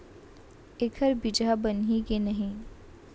एखर बीजहा बनही के नहीं?